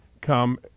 come